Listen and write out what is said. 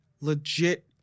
legit